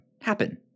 happen